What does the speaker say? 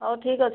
ହଉ ଠିକ୍ ଅଛି